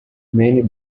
many